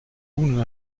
runen